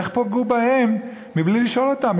איך פגעו בהם בלי לשאול אותם,